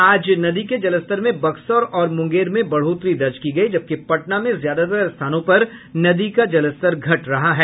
आज नदी के जलस्तर में बक्सर और मूंगेर में बढ़ोतरी दर्ज की गयी जबकि पटना में ज्यादातर स्थानों पर नदी का जलस्तर घट रहा है